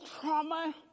trauma